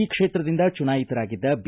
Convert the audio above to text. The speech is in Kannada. ಈ ಕ್ಷೇತ್ರದಿಂದ ಚುನಾಯಿತರಾಗಿದ್ದ ಬಿ